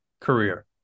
career